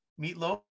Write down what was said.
Meatloaf